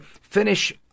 finish